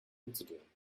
umzudrehen